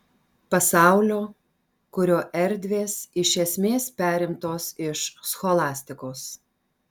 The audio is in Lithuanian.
pasaulio kurio erdvės iš esmės perimtos iš scholastikos